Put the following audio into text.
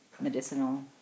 Medicinal